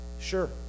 Sure